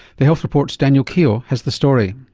the health report's daniel keogh has the story.